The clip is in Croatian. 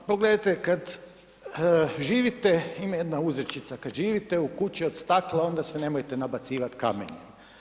Pa pogledajte kad živite, ima jedna uzrečica, kad živite u kući od stakla onda se nemojte nabacivat kamenjem.